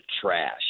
trash